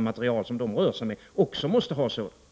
material det rör sig med, också måste ha sådana regler.